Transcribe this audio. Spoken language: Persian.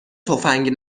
تفنگ